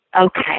okay